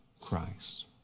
Christ